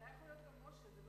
זה היה יכול להיות גם משה,